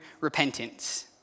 repentance